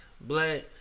Black